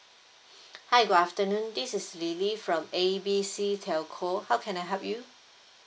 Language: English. hi good afternoon this is lily from A B C telco how can I help you